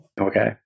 Okay